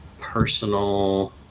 personal